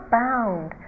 bound